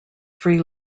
free